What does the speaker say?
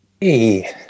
hey